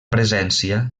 presència